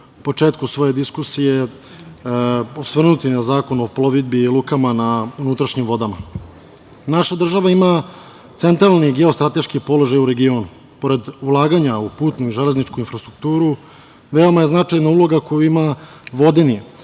početku svoje diskusije ću se osvrnuti na zakon o plovidbi i lukama na unutrašnjim vodama. Naša država ima centralni geostrateški položaj u regionu. Pored ulaganja u putnu i železničku infrastrukturu veoma je značajna uloga koju ima vodeni